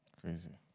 Crazy